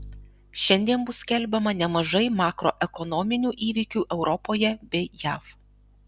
šiandien bus skelbiama nemažai makroekonominių įvykių europoje bei jav